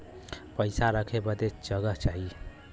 पइसा रखे बदे जगह चाही